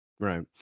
Right